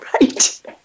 Right